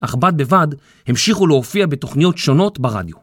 אך בד בבד, המשיכו להופיע בתוכניות שונות ברדיו.